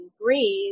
breathe